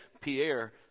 Pierre